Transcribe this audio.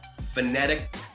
phonetic